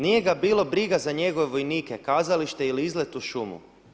Nije ga bilo briga za njegove vojnike, kazalište ili izlet u šumu.